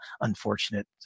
unfortunate